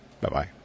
Bye-bye